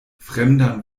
fremdan